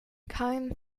cohen